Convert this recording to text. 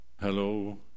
hello